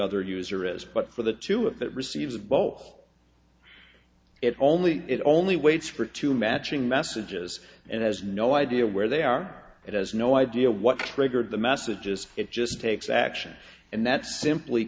other user is but for the two of that receives ball it only it only waits for two matching messages and has no idea where they are it has no idea what triggered the messages it just takes action and that simply